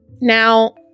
Now